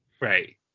Right